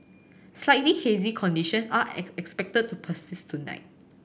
slightly hazy conditions are expected to persist tonight